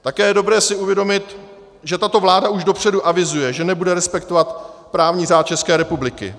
Také je dobré si uvědomit, že tato vláda už dopředu avizuje, že nebude respektovat právní řád České republiky.